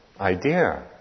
idea